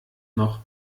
noch